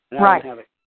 Right